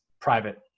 private